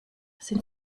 sind